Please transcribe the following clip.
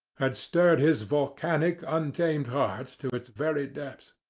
had stirred his volcanic, untamed heart to its very depths.